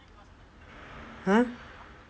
!huh!